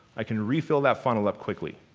i can refill that funnel up quickly.